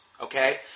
Okay